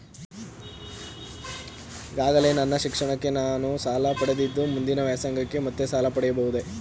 ಈಗಾಗಲೇ ನನ್ನ ಶಿಕ್ಷಣಕ್ಕೆ ನಾನು ಸಾಲ ಪಡೆದಿದ್ದು ಮುಂದಿನ ವ್ಯಾಸಂಗಕ್ಕೆ ಮತ್ತೆ ಸಾಲ ಪಡೆಯಬಹುದೇ?